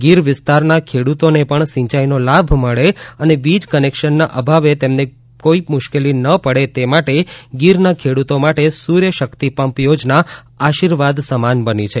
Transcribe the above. ગીર વિસ્તારના ખેડૂતોને પણ સિંચાઈનો લાભ મળે અને વીજ કનેક્શનના અભાવે તેમને પણ કોઈ મુશ્કેલી ન પડે તે માટે ગીરના ખેડૂતો માટે સૂર્ય શક્તિ પંપ યોજના આશિર્વાદ સમાન બની છે